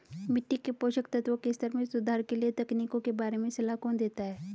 मिट्टी के पोषक तत्वों के स्तर में सुधार के लिए तकनीकों के बारे में सलाह कौन देता है?